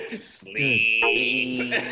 Sleep